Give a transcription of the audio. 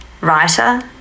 writer